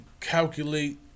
calculate